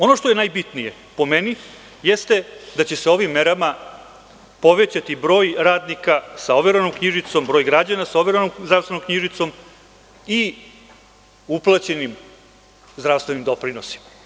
Ono što je najbitnije, po meni, jeste da će se ovim merama povećati broj radnika sa overenom knjižicom, broj građana sa overenom zdravstvenom knjižicom i uplaćenim zdravstvenim doprinosima.